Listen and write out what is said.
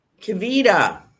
Kavita